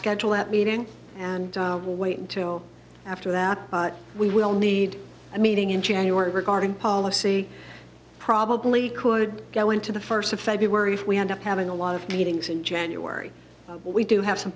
schedule that meeting and will wait until after that we will need a meeting in january regarding policy probably could go into the first of february if we end up having a lot of meetings in january but we do have some